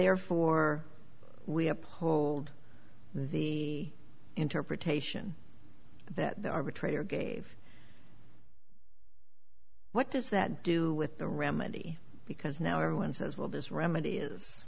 therefore we uphold the interpretation that the arbitrator gave what does that do with the remedy because now are ones as well this remedy is